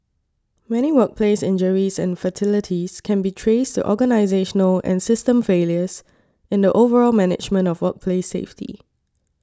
many workplace injuries and fatalities can be traced to organisational and system failures in the overall management of workplace safety